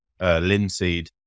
linseed